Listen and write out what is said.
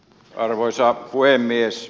arvoisa puhemies